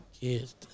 kids